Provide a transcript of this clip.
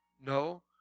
No